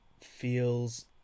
feels